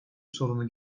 sorunu